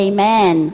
Amen